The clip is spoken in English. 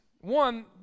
One